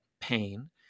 pain